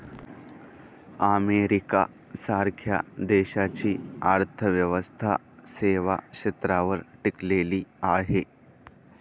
America सारख्या देशाची अर्थव्यवस्था सेवा क्षेत्रावर टिकलेली आहे